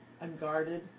unguarded